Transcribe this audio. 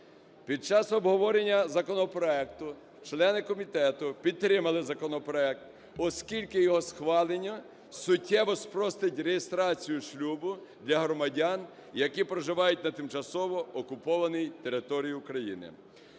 Під час обговорення законопроекту члени комітету підтримали законопроект, оскільки його схвалення суттєво спростить реєстрацію шлюбу для громадян, які проживають на тимчасово окупованій території України.